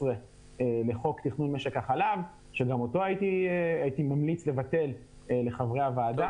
לחוק תכנון משק החלב שגם אותו הייתי ממליץ לחברי הוועדה לבטל.